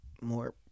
more